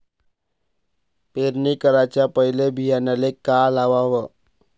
पेरणी कराच्या पयले बियान्याले का लावाव?